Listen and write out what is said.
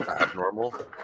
abnormal